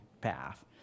path